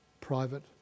private